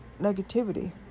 negativity